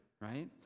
right